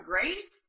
grace